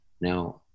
now